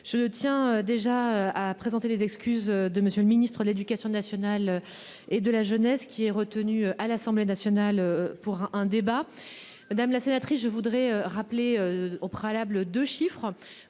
ne tiens déjà à présenter les excuses de monsieur le Ministre de l'Éducation nationale et de la jeunesse qui est retenue à l'Assemblée nationale pour un débat. Madame la sénatrice. Je voudrais rappeler au préalable de chiffres,